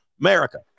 America